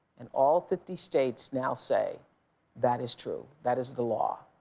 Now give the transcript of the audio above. and all fifty states now say that is true. that is the law.